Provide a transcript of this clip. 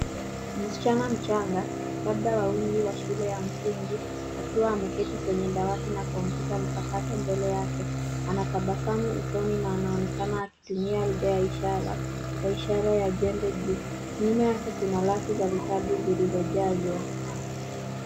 Msichana mchanga, labda wa umri wa shule ya msingi, akiwa ameketi kwenye dawati na kompyuta mpakato mbele yake, anatabasamu usoni na anaonekana akitumia lugha ya ishara kwa ishara ya jembe juu. Nyuma yake kuna rafu ya vitabu zilizojazwa.